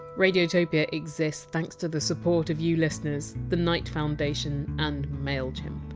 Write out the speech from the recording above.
radiotopia exists thanks to the support of you listeners, the knight foundation, and mailchimp.